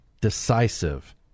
decisive